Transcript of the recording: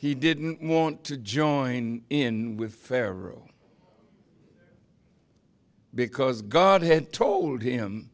he didn't want to join in with pharaoh because god had told him